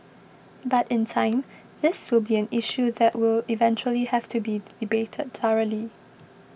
but in time this will be an issue that will eventually have to be debated thoroughly